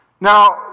Now